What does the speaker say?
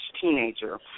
teenager